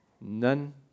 none